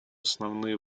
основные